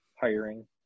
hiring